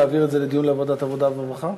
מסכים להעביר את זה לדיון לוועדת העבודה והרווחה?